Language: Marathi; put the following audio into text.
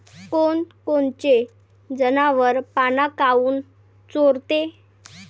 कोनकोनचे जनावरं पाना काऊन चोरते?